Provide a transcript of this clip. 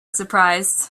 surprised